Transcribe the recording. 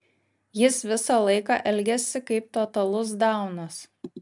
jis visą laiką elgiasi kaip totalus daunas